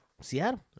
Seattle